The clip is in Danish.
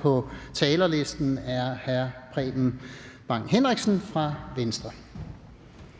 på talerlisten er hr. Preben Bang Henriksen fra Venstre.